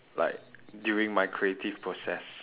like during my creative process